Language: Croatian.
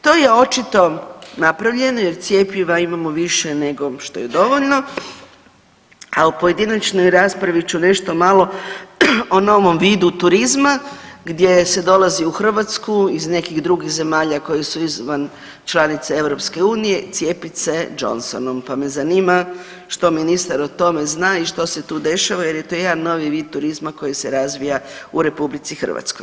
To je očito napravljeno jer cjepiva imamo više nego što je dovoljno, a u pojedinačnoj raspravi ću nešto malo o novom vidu turizma gdje se dolazi u Hrvatsku iz nekih drugih zemalja koje su izvan članice EU cijepit se Johnsonom, pa me zanima što ministar o tome zna i što se tu dešava jer je to jedan novi vid turizma koji se razvija u RH.